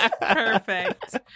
Perfect